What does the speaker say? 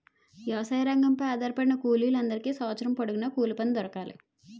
వ్యవసాయ రంగంపై ఆధారపడిన కూలీల అందరికీ సంవత్సరం పొడుగున కూలిపని దొరకాలి